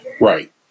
Right